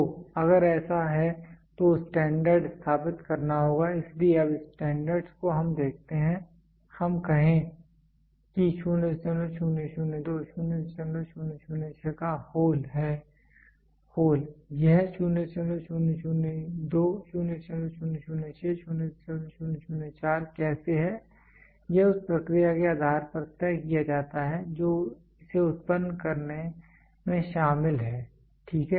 तो अगर ऐसा है तो स्टैंडर्ड स्थापित करना होगा इसलिए अब स्टैंडर्डस् को हम देखते हैं हम कहे कि 0002 0006 का होल यह 0002 0006 0004 कैसे है यह उस प्रक्रिया के आधार पर तय किया जाता है जो इसे उत्पन्न करने में शामिल है ठीक है